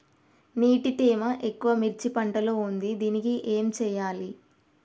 నీటి తేమ ఎక్కువ మిర్చి పంట లో ఉంది దీనికి ఏం చేయాలి?